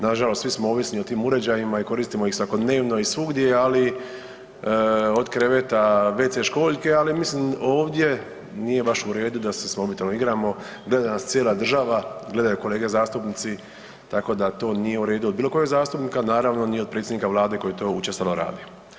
Nažalost svi smo ovisni o tim uređajima i koristimo ih svakodnevno i svugdje, ali od kreveta, wc školjke, ali mislim ovdje nije baš u redu da se s mobitelom igramo, gleda nas cijela država, gledaju kolege zastupnici, tako da to nije u redu od bilo kojeg zastupnika, naravno ni od predsjednika Vlade koji to učestalo radi.